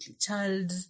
child